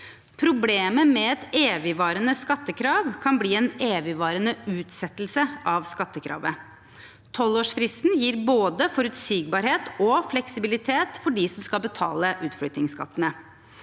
Problemet med et evigvarende skattekrav kan bli en evigvarende utsettelse av skattekravet. Tolvårsfristen gir både forutsigbarhet og fleksibilitet for dem som skal betale utflyttingsskattene.